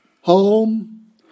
home